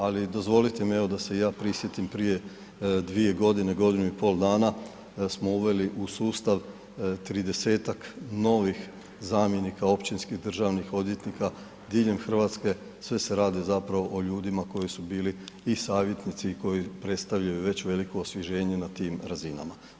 Ali, dozvolite mi evo, da se i ja prisjetim, prije dvije godine, godinu i pol dana smo uveli u sustav 30-tak novih zamjenika općinskih državnih odvjetnika diljem Hrvatske, sve se radi zapravo o ljudima koji su bili i savjetnici i koji predstavljaju već veliko osvježenje na tim razinama.